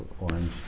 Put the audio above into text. orange